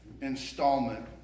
installment